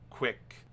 quick